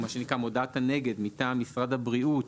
מה שנקרא "מודעת הנגד" מטעם משרד הבריאות,